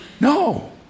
No